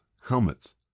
helmets